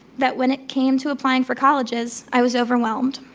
that when it came to applying for colleges i was overwhelmed.